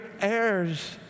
heirs